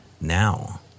Now